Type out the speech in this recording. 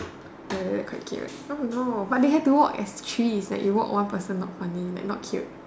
ya ya ya quite cute oh no but they have to walk as threes if you walk one person like not funny not cute